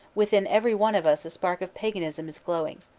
within every one of us a spark of paganism is glowing.